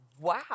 wow